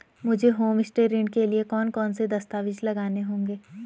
मुझे होमस्टे ऋण के लिए कौन कौनसे दस्तावेज़ लगाने होंगे?